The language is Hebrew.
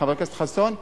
חבר הכנסת חסון,